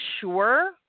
sure